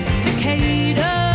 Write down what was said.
cicada